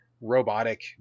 robotic